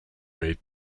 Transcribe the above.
made